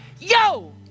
yo